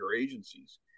agencies